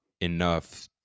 enough